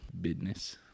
business